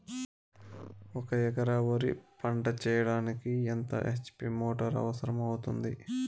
ఒక ఎకరా వరి పంట చెయ్యడానికి ఎంత హెచ్.పి మోటారు అవసరం అవుతుంది?